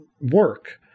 work